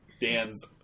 Dan's